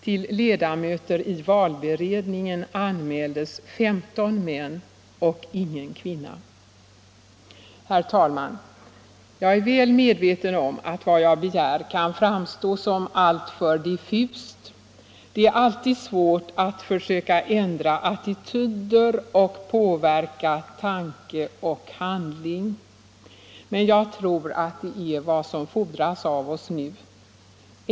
Till ledamöter i valberedningen anmäldes 15 män och ingen kvinna. Herr talman! Jag är väl medveten om att vad jag begär kan framstå som alltför diffust. Det är alltid svårt att försöka ändra attityder och påverka tanke och handling. Men jag tror att det är vad som nu fordras av oss.